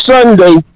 Sunday